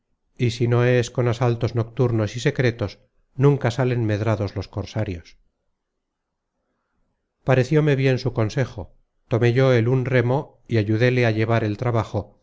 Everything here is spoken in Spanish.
y si no es con asaltos nocturnos y secretos nunca salen medrados los cosarios content from google book search generated at parecióme bien su consejo tomé yo el un remo y ayudéle á llevar el trabajo